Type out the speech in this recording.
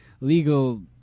Legal